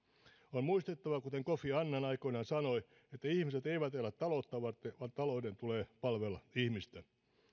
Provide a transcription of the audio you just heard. on muistettava kuten kofi annan aikoinaan sanoi että ihmiset eivät elä taloutta varten vaan talouden tulee palvella ihmistä